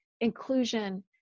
inclusion